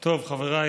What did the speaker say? חבריי,